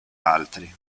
altri